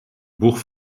boeg